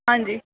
ਹਾਂਜੀ